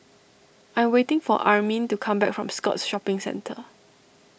I am waiting for Armin to come back from Scotts Shopping Centre